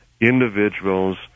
individuals